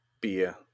beer